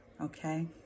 Okay